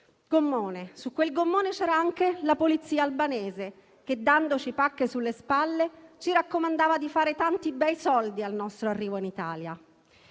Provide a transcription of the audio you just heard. gommone. Su quel gommone c'era anche la Polizia albanese che, dandoci pacche sulle spalle, ci raccomandava di fare tanti bei soldi al nostro arrivo in Italia.